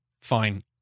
Fine